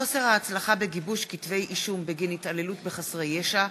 חוסר ההצלחה בגיבוש כתבי-אישום בגין התעללות בחסרי ישע,